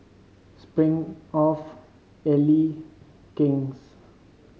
Smirnoff Elle King's